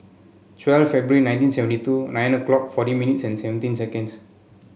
twelve February nineteen seventy two nine o'clock forty minutes and seventeen seconds